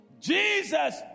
Jesus